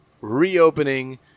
reopening